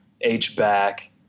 H-back